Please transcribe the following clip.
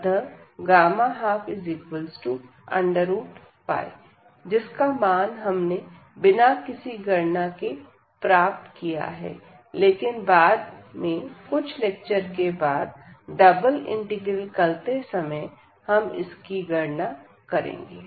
अतः 12 जिसका मान हमने बिना किसी गणना के प्राप्त किया है लेकिन बाद के कुछ लेक्चर के बाद डबल इंटीग्रल करते समय हम इसकी गणना करेंगे